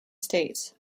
states